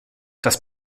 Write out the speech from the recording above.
das